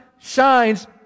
shines